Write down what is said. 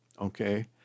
okay